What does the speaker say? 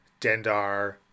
Dendar